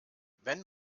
wenn